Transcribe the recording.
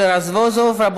אני